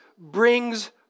brings